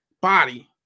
body